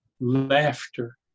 laughter